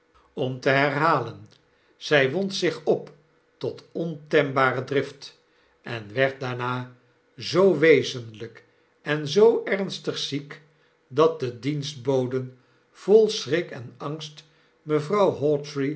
om te herhalen zy wond zich op tot ontembare drift en werd daarnazoo wezenlyk en zoo ernstig ziek dat de dienstboden vol schrik en angst mevrouw